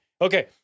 Okay